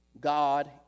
God